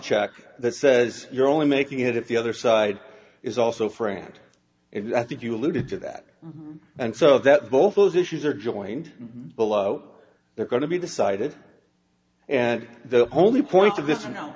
check that says you're only making it if the other side is also friend if i think you alluded to that and so that both those issues are joined below they're going to be decided and the only point of this you know